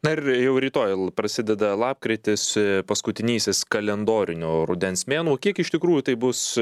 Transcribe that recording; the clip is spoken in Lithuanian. na ir jau rytoj l prasideda lapkritis paskutinysis kalendorinio rudens mėnuo kiek iš tikrųjų tai bus